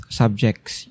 subjects